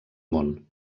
món